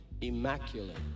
immaculate